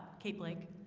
cape link,